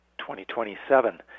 2027